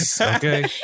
Okay